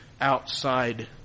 outside